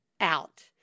out